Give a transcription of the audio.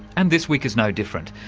and this week is no different.